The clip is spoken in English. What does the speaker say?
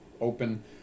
Open